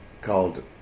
called